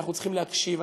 אנחנו צריכים להקשיב,